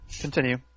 Continue